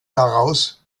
daraus